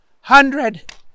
hundred